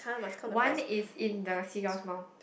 one is in the seagull's mouth